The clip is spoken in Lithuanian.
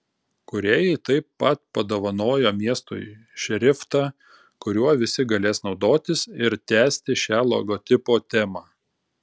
kūrėjai taip pat padovanojo miestui šriftą kuriuo visi galės naudotis ir tęsti šią logotipo temą